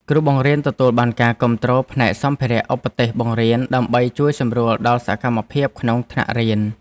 គ្រូបង្រៀនទទួលបានការគាំទ្រផ្នែកសម្ភារៈឧបទេសបង្រៀនដើម្បីជួយសម្រួលដល់សកម្មភាពក្នុងថ្នាក់រៀន។